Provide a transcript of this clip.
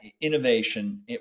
innovation